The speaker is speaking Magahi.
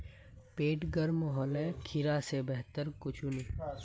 पेट गर्म होले खीरा स बेहतर कुछू नी